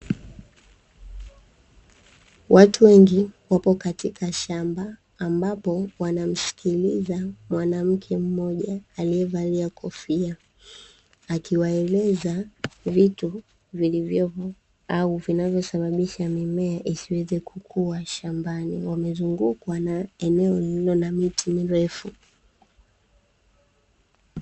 Watu wengi wapo katika shamba ambapo wanamsikiliza mwanamke mmoja aliyevalia kofia, akiwaeleza vitu vilivyopo au vinavyosababisha mimea isiweze kukua shambani. Wamezungukwa na eneo lililo na miti mirefu.